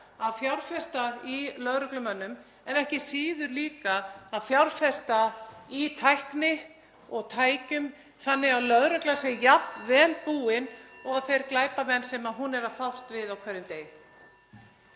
að fjárfesta í lögreglumönnum en ekki síður líka að fjárfesta í tækni og tækjum þannig að lögreglan sé jafn vel búin (Forseti hringir.) og þeir glæpamenn sem hún er að fást við á hverjum degi.